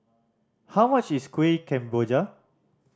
how much is Kuih Kemboja